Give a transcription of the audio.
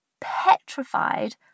petrified